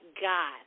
God